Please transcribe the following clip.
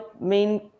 main